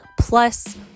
plus